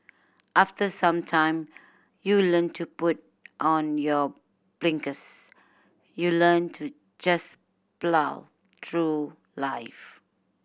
after some time you learn to put on your blinkers you learn to just plough through life